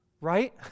right